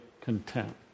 content